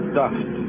dust